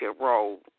role